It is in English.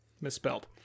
misspelled